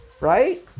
right